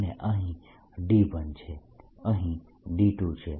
અને અહીં D1 છે અહીં D2 છે